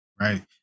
right